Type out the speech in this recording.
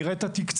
נראה את התקצוב,